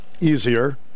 easier